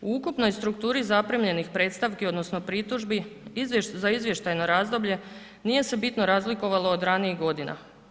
U ukupnoj strukturi zaprimljenih predstavki odnosno pritužbi za izvještajno razdoblje nije se bitno razlikovalo od ranijih godina.